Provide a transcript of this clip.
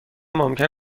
ممکن